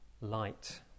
light